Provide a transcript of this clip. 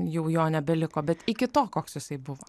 jau jo nebeliko bet iki to koks jisai buvo